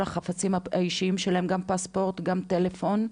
כל החפצים האישיים שלהם, גם הדרכון וגם הטלפון,